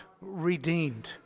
redeemed